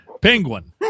penguin